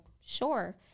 sure